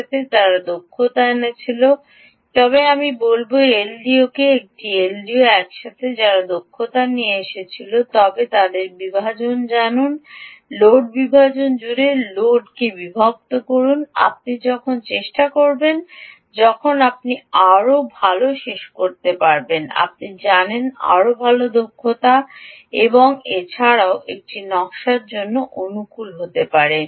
সুতরাং আমি বলব এলডিওকে একটি এলডিও একসাথে তারা দক্ষতা এনে দিয়েছিল তবে তাদের সাথে বিভাজন জানুন লোড বিভাজন জুড়ে লোডকে বিভক্ত করুন আপনি যখন চেষ্টা করবেন যখন আপনি আরও ভাল শেষ করতে পারেন আপনি জানেন আরও ভাল দক্ষতা এবং এছাড়াও এটি নকশার জন্য অনুকূল হতে পারে